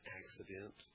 accident